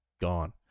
gone